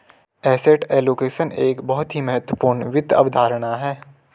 asset allocation एक बहुत ही महत्वपूर्ण वित्त अवधारणा है